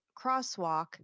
crosswalk